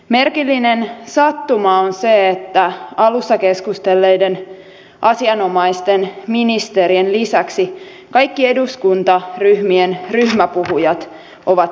merkillinen sattuma on se että alussa keskustelleiden asianomaisten ministerien lisäksi kaikki eduskuntaryhmien ryhmäpuhujat ovat miehiä